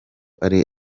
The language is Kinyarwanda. ari